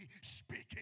speaking